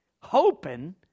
Hoping